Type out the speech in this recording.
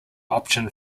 option